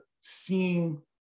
seeing